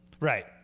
Right